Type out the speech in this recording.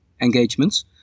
engagements